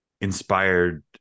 inspired